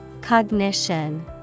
Cognition